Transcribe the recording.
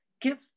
give